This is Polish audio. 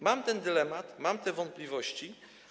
Mam ten dylemat, mam te wątpliwości.